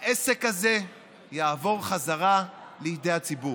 העסק הזה יעבור חזרה לידי הציבור.